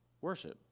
worship